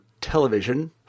television